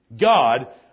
God